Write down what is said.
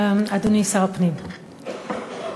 אדוני שר הפנים,